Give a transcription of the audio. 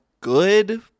good